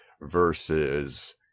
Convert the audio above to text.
versus